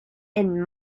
and